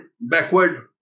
backward